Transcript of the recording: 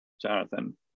Jonathan